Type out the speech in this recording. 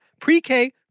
pre-K